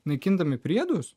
naikindami priedus